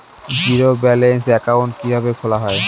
Zero balance account কিভাবে খোলা হয়?